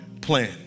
plan